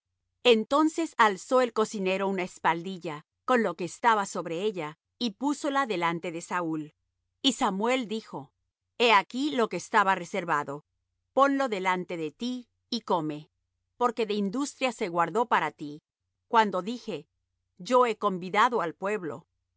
entonces alzó el cocinero una espaldilla con lo que estaba sobre ella y púsola delante de saúl y samuel dijo he aquí lo que estaba reservado ponlo delante de ti y come porque de industria se guardó para ti cuando dije yo he convidado al pueblo